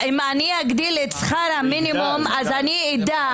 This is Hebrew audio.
אם תגדילי את שכר המינימום זה יגדל.